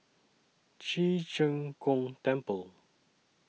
Ci Zheng Gong Temple